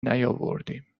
نیاوردیم